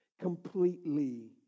completely